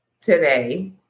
today